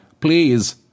please